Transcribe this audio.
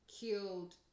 killed